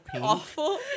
awful